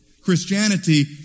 Christianity